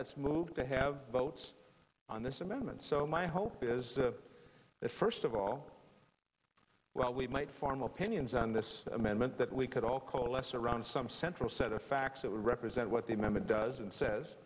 let's move to have votes on this amendment so my hope is to the first of all well we might form opinions on this amendment that we could all coalesce around some central set of facts that would represent what the members does and says